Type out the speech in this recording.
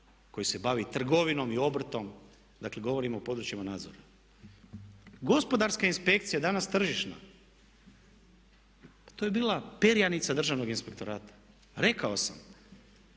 koji se bavi trgovinom i obrtom. Dakle, govorim o područjima nadzora. Gospodarska inspekcija, danas tržišna, to je bila perjanica Državnog inspektorata. Rekao sam,